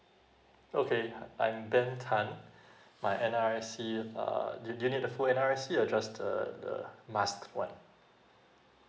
okay I'm ben tan my N_R_I_C uh do do you need the ffull N_R_I_C or just the the masked one